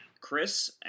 Chris